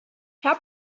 herr